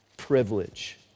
privilege